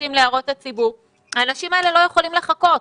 יוצאים להערות הציבור והאנשים האלה לא יכולים לחכות.